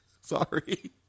Sorry